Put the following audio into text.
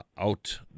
out